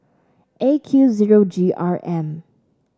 A Q zero G R M